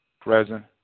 present